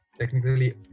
technically